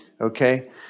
okay